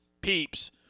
peeps